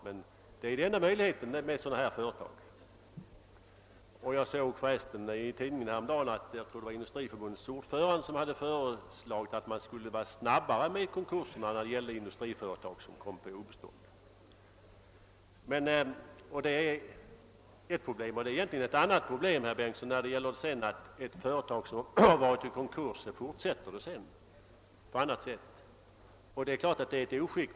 Konkursförfarande är emellertid oftast enda möjligheten att komma till rätta med sådana här företag. Jag såg förresten i en tidningsartikel häromdagen att Industriförbundets ordförande ansåg att man borde vara snabbare med att försätta industriföretag som kom på obestånd i konkurs. När det gäller ett företag som har varit i konkurs och därefter under annat namn fortsätter att missköta skatteinbetalningen, så är det naturligtvis ett oskick.